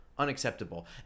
Unacceptable